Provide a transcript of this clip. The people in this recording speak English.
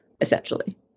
essentially